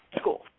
school